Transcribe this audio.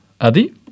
Adi